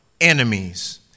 enemies